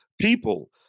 People